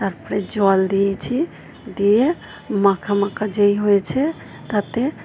তারপরে জল দিয়েছি দিয়ে মাখা মাখা যেই হয়েছে তাতে